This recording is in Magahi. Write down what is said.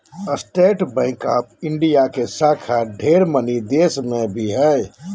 स्टेट बैंक ऑफ़ इंडिया के शाखा ढेर मनी देश मे भी हय